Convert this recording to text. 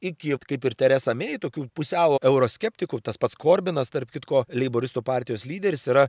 iki kaip ir teresa mei tokių pusiau euroskeptikų tas pats korbinas tarp kitko leiboristų partijos lyderis yra